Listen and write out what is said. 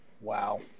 Wow